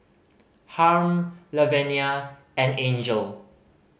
Harm Lavenia and Angel